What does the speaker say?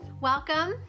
welcome